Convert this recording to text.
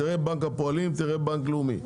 תראה את בנק הפועלים, תראה את בנק לאומי.